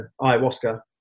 ayahuasca